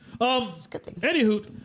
Anywho